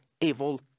evil